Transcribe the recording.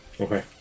Okay